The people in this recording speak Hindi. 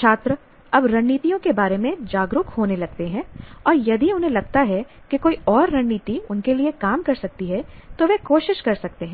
छात्र अब रणनीतियों के बारे में जागरूक होने लगते हैं और यदि उन्हें लगता है कि कोई और रणनीति उनके लिए काम कर सकती है तो वह कोशिश कर सकते हैं